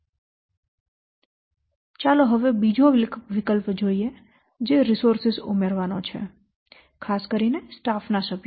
હવે ચાલો બીજો વિકલ્પ જોઈએ જે રિસોર્સસ ઉમેરવાનો છે ખાસ કરીને સ્ટાફ ના સભ્યો